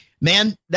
man